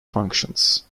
functions